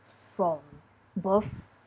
from birth